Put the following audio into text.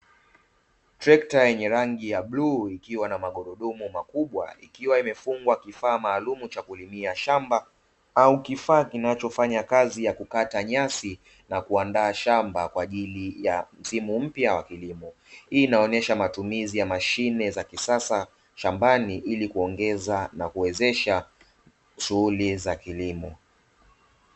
Trekta yenye rangi ya bluu ikiwa na magurudumu makubwa, ikiwa imefungwa kifaa maalumu cha kulimia shamba au kifaa kinachofanya kazi ya kukata nyasi na kuandaa shamba kwa ajili ya msimu mpya wa kilimo. Hii inaonyesha matumizi ya mashine za kisasa shambani ili kuongeza na kuwezesha shughuli za kilimo.